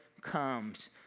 comes